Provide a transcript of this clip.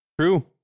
True